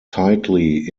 tightly